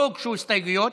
לא הוגשו הסתייגויות,